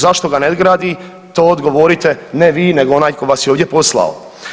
Zašto ga ne gradi, to odgovorite ne vi nego onaj tko vas je ovdje poslao.